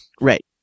Right